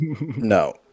No